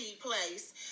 place